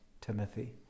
timothy